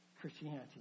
Christianity